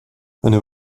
eine